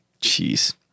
Jeez